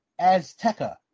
Azteca